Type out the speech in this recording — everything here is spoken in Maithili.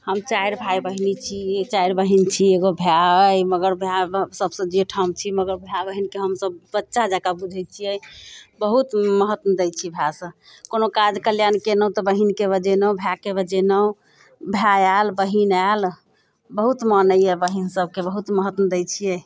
हम चारि भाइ बहिनी छी चारि बहिन छी एगो भाय अइ मगर भाय सभसँ जेठ हम छी मगर भाय बहिनके हमसभ बच्चा जँका बुझैत छियै बहुत महत्तम दय छियै भायसँ कोनो काज कल्याण कयलहुँ तऽ बहिनके बजेलहुँ भायके बजेलहुँ भाय आएल बहिन आएल बहुत मानैया बहिन सभकेँ बहुत महत्तम दय छियै